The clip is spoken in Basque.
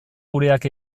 gureak